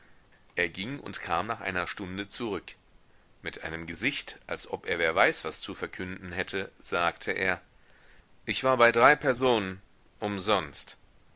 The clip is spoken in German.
er ging und kam nach einer stunde zurück mit einem gesicht als ob er wer weiß was zu verkünden hätte sagte er ich war bei drei personen umsonst